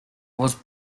was